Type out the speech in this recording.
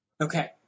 Okay